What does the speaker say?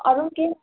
अरू केही